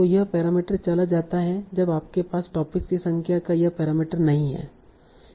तो यह पैरामीटर चला जाता है जब आपके पास टॉपिक्स की संख्या का यह पैरामीटर नहीं है